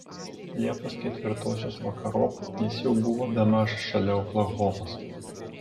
liepos ketvirtosios vakarop jis jau buvo bemaž šalia oklahomos